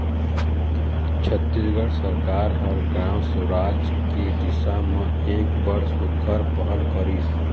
छत्तीसगढ़ सरकार ह ग्राम सुराज के दिसा म एक बड़ सुग्घर पहल करिस